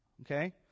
okay